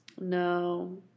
no